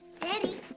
Daddy